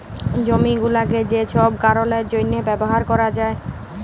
জমি গুলাকে যে ছব কারলের জ্যনহে ব্যাভার ক্যরা যায়